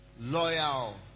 loyal